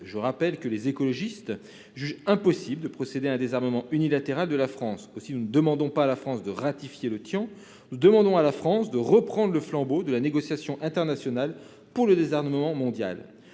je rappelle que les écologistes jugent impossible de procéder à un désarmement unilatéral de notre pays. C'est pourquoi nous ne demandons pas à la France de ratifier le Tian : nous lui demandons de reprendre le flambeau de la négociation internationale pour le désarmement mondial.